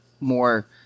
more